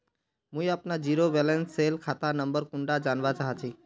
मुई अपना zero balance सेल खाता नंबर कुंडा जानवा चाहची?